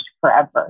forever